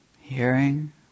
hearing